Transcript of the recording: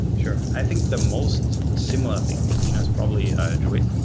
sure. i think the most similar thing to pinot is probably ah druid,